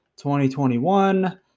2021